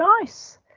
nice